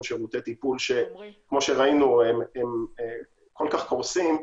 שירותי טיפול שכמו שראינו הם כל כך קורסים,